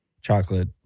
chocolate